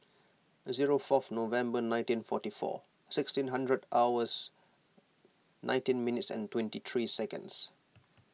zero fourth November nineteen forty four sixteen hundred hours nineteen minutes and twenty three seconds